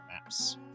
maps